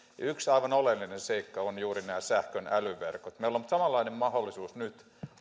yksi aivan oleellinen seikka ovat juuri nämä sähkön älyverkot meillä on samanlainen mahdollisuus nyt